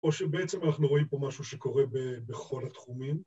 או שבעצם אנחנו רואים פה משהו שקורה בכל התחומים.